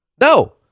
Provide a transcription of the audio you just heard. No